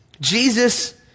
Jesus